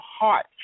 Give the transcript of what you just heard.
heart